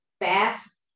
Fast